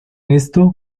esto